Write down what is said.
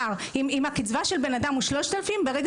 אם הקצבה של בן אדם היא 3,000 ₪- ברגע